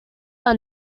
are